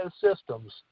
systems